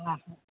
હા હા